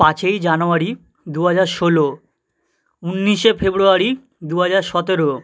পাঁচই জানুয়ারি দু হাজার ষোলো উন্নিশে ফেব্রুয়ারি দু হাজার সতেরো